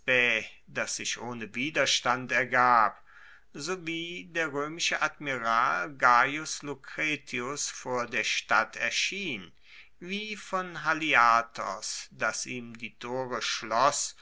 das sich ohne widerstand ergab sowie der roemische admiral gaius lucretius vor der stadt erschien wie von haliartos das ihm die tore schloss